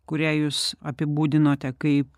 kurią jūs apibūdinote kaip